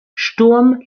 sturm